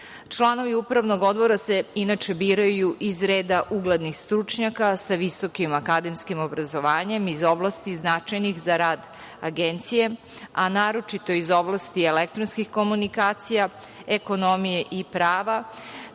usluga. Članovi Upravnog odbora se, inače, biraju iz reda uglednih stručnjaka sa visokim akademskim obrazovanjem iz oblasti značajnih za rad Agencije, a naročito iz oblasti elektronskih komunikacija, ekonomije i prava.